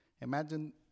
imagine